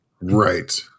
Right